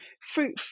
fruit